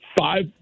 five